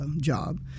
job